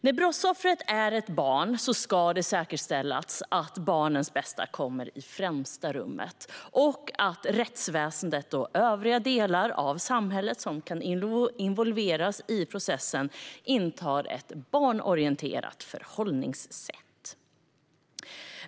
När brottsoffret är ett barn ska det säkerställas att barnets bästa kommer i främsta rummet och att rättsväsendet och övriga delar av samhället som kan involveras i processen intar ett barnorienterat förhållningssätt.